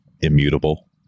immutable